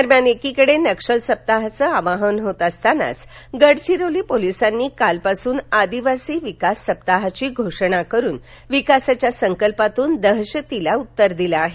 दरम्यान क्रीकडे नक्षल सप्ताहाचं आवाहन होत असतानाच गडविरोली पोलीसांनी कालपासून आदिवासी विकास सप्ताहाची घोषणा करून विकासाच्या संकल्पातून दहशतीला उत्तर दिलं आहे